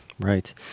right